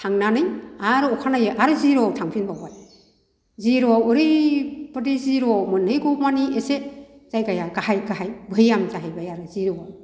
थांनानै आरो अखानायै आरो जिर'आव थांफिनबावबाय जिर'आव ओरैबायदि जिर'आव मोनहैगौमानि एसे जायगाया गाहाय गाहाय बैयान जाहैबाय आरो जिर'आव